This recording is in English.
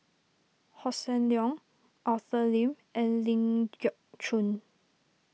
Hossan Leong Arthur Lim and Ling Geok Choon